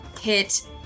hit